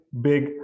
big